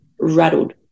rattled